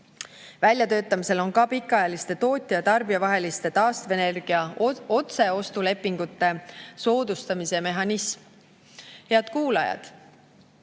Väljatöötamisel on ka pikaajaliste tootja ja tarbija vaheliste taastuvenergia otseostulepingute soodustamise mehhanism. Head kuulajad!